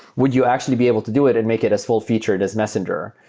would you actually be able to do it and make it as full-featured as messenger?